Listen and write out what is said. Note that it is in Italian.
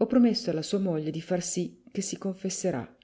ho promesso alla sua moglie di far sì che si confesserà